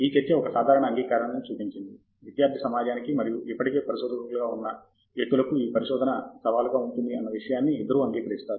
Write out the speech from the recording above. ఈ చర్చ ఒక సాధారణ అంగీకారాన్ని సూచించింది విద్యార్థి సమాజానికి మరియు ఇప్పటికే పరిశోధకులుగా ఉన్న వ్యక్తులకు ఆ పరిశోధన సవాలుగా ఉంటుంది అన్న విషయాన్ని ఇద్దరు అంగీకరిస్తారు